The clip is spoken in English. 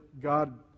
God